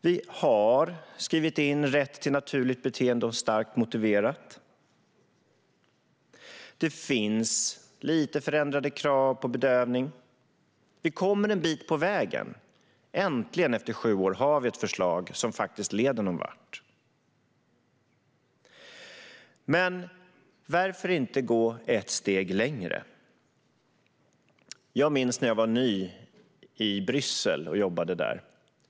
Vi har skrivit in rätt till naturligt beteende och starkt motiverat det. Det finns lite förändrade krav på bedövning. Vi kommer en bit på vägen; äntligen, efter sju år, har vi ett förslag som faktiskt leder någonvart. Men varför inte gå ett steg längre? Jag minns när jag var ny i Bryssel och jobbade där.